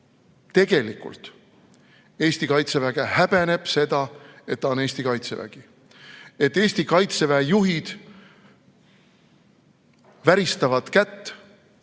tegelikult Eesti Kaitsevägi häbeneb seda, et ta on Eesti Kaitsevägi. Et Eesti Kaitseväe juhid väristavad kätt,